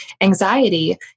Anxiety